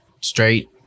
straight